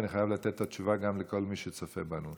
ואני חייב לתת את התשובה גם לכל מי שצופה בנו.